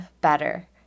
better